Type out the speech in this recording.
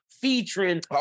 Featuring